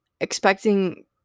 expecting